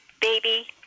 Baby